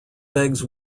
begs